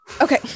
okay